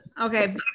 Okay